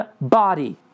body